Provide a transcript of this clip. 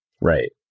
Right